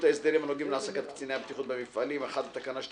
ההסדרים הנוסעים להעסקת קציני הבטיחות במפעלים: (1) בתקנה 2